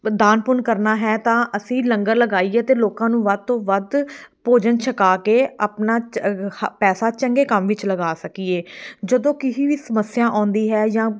ਦਾਨ ਪੁੰਨ ਕਰਨਾ ਹੈ ਤਾਂ ਅਸੀਂ ਲੰਗਰ ਲਗਾਈਏ ਅਤੇ ਲੋਕਾਂ ਨੂੰ ਵੱਧ ਤੋਂ ਵੱਧ ਭੋਜਨ ਛਕਾ ਕੇ ਆਪਣਾ ਚ ਪੈਸਾ ਚੰਗੇ ਕੰਮ ਵਿੱਚ ਲਗਾ ਸਕੀਏ ਜਦੋਂ ਕਿਸੇ ਵੀ ਸਮੱਸਿਆ ਆਉਂਦੀ ਹੈ ਜਾਂ